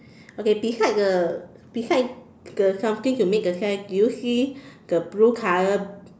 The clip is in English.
okay beside the beside the something to make the sand do you see the blue color